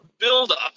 build-up